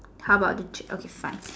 how about the chair okay fine